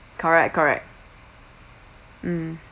correct correct mm